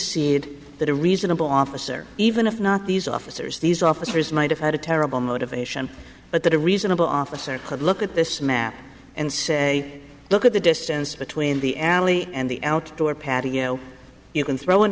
e that a reasonable officer even if not these officers these officers might have had a terrible motivation but that a reasonable officer could look at this map and say look at the distance between the alley and the outdoor patio you can throw an